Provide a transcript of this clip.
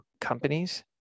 companies